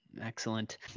excellent